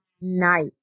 night